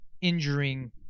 injuring